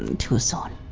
too soon.